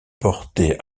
portaient